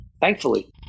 thankfully